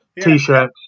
t-shirt